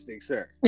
sir